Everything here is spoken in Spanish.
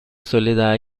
soledad